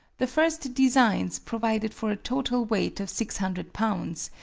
the first designs provided for a total weight of six hundred lbs,